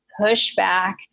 pushback